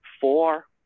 four